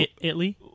Italy